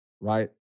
right